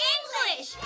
English